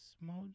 mode